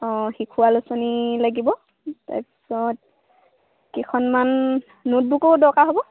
অঁ শিশু আলোচনী লাগিব তাৰ পিছত কেইখনমান নোটবুকৰো দৰকাৰ হ'ব